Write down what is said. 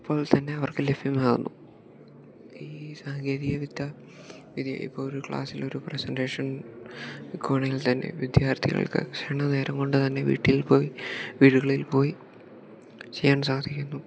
അപ്പോൾ തന്നെ അവർക്ക് ലഭ്യമാകുന്നു ഈ സാങ്കേതിക വിദ്യ വിദ്യ ഇപ്പോളൊരു ക്ലാസ്സിലൊരു പ്രസൻറ്റേഷൻ എടുക്കുവാണെങ്കിൽ തന്നെ വിദ്യാർത്ഥികൾക്ക് ക്ഷണനേരം കൊണ്ട് തന്നെ വീട്ടിൽ പോയി വീടുകളിൽ പോയി ചെയ്യാൻ സാധിക്കുന്നു